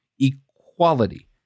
equality